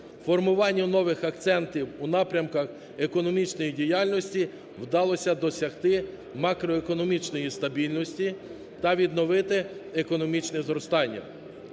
формування нових акцентів у напрямках економічної діяльності вдалося досягти макроекономічної стабільності та відновити економічне зростання.